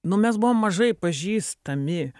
nu mes buvom mažai pažįstami